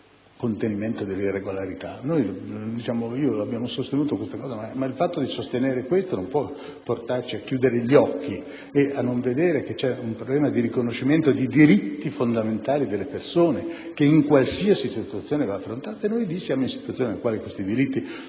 di contenimento delle irregolarità, ma in ogni caso il fatto di sostenere questo non può portarci a chiudere gli occhi e a non vedere che c'è un problema di riconoscimento dei diritti fondamentali delle persone che in qualsiasi situazione deve essere affrontato, e noi lì siamo in una situazione nella quale questi diritti